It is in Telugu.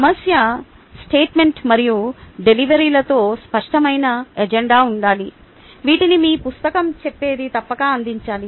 సమస్య స్టేట్మెంట్ మరియు డెలివరీలతో స్పష్టమైన ఎజెండా ఉండాలి వీటిని మీ పుస్తకం చెప్పేది తప్పక అందించాలి